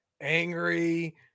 angry